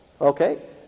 Okay